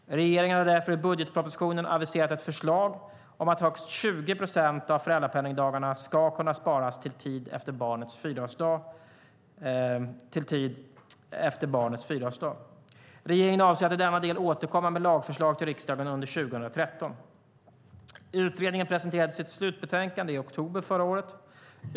Regeringen har därför i budgetpropositionen aviserat ett förslag om att högst 20 procent av föräldrapenningsdagarna ska kunna sparas till tid efter barnets fyraårsdag. Regeringen avser att i denna del återkomma med lagförslag till riksdagen under 2013. Utredningen presenterade sitt slutbetänkande i oktober förra året.